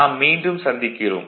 நாம் மீண்டும் சந்திக்கிறோம்